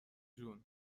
جون